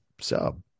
sub